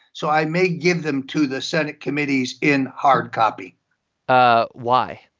so i may give them to the senate committees in hard copy ah why?